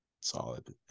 solid